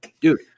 Dude